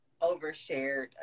overshared